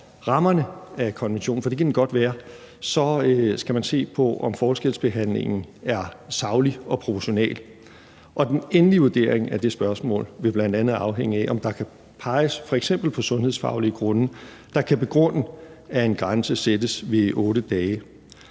rammerne af konventionen – for det kan den godt være – så skal man se på, om forskelsbehandlingen er saglig og proportional. Og den endelige vurdering af det spørgsmål vil bl.a. afhænge af, om der kan peges på f.eks. sundhedsfaglige grunde, der kan begrunde, at grænsen sættes ved 8 dage.